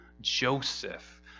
Joseph